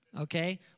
Okay